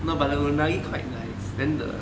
no but the unagi quite nice then the